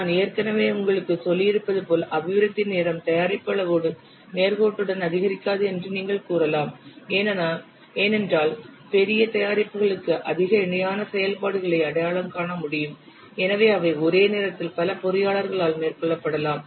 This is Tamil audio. நான் ஏற்கனவே உங்களுக்குச் சொல்லியிருப்பதுபோல் அபிவிருத்தி நேரம் தயாரிப்பு அளவோடு நேர்கோட்டுடன் அதிகரிக்காது என்று நீங்கள் கூறலாம் ஏனென்றால் பெரிய தயாரிப்புகளுக்கு அதிக இணையான செயல்பாடுகளை அடையாளம் காண முடியும் மேலும் அவை ஒரே நேரத்தில் பல பொறியாளர்களால் மேற்கொள்ளப்படலாம்